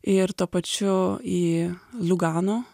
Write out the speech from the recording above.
ir tuo pačiu į lugano